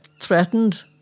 threatened